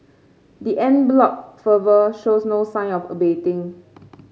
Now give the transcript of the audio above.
the en bloc fervour shows no sign of abating